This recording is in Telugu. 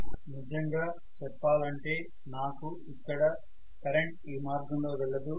నిజంగా చెప్పాలంటే నాకు ఇక్కడ కరెంటు ఈ మార్గంలో వెళ్లదు